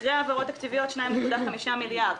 ואחרי העברות תקציביות 2.5 מיליארד שקל.